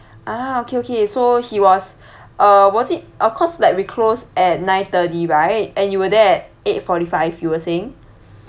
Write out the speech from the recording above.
ah okay okay so he was uh was it of course like we close at nine thirty right and you were there at eight forty five you were saying